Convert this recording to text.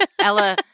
Ella